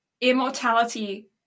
immortality